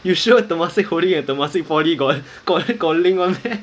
you sure temasek holding and temasek poly got got got link [one] meh